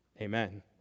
Amen